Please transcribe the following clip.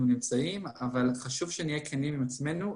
נמצאים אבל חשוב שנהיה כנים עם עצמנו.